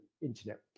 internet